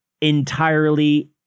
entirely